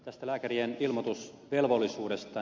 tästä lääkärien ilmoitusvelvollisuudesta